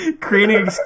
creating